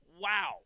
Wow